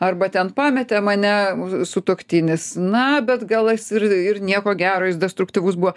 arba ten pametė mane sutuoktinis na bet gal jis ir ir nieko gero jis destruktyvus buvo